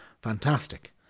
Fantastic